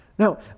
Now